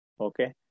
okay